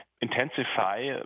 intensify